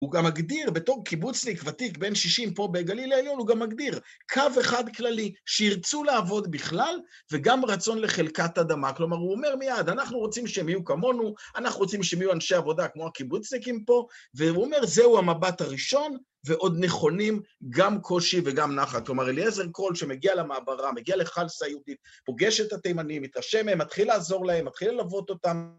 הוא גם מגדיר בתור קיבוצניק ותיק בין שישים פה בגליל העליון, הוא גם מגדיר קו אחד כללי שירצו לעבוד בכלל וגם רצון לחלקת אדמה. כלומר, הוא אומר מיד, אנחנו רוצים שהם יהיו כמונו, אנחנו רוצים שהם יהיו אנשי עבודה כמו הקיבוצניקים פה, והוא אומר, זהו המבט הראשון ועוד נכונים, גם קושי וגם נחת. כלומר, אליעזר קרול שמגיע למעברה, מגיע לחל סיוטית, פוגש את התימנים, מתרשם מהם, מתחיל לעזור להם, מתחיל ללוות אותם.